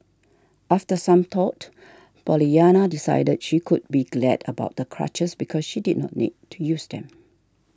after some thought Pollyanna decided she could be glad about the crutches because she did not need to use them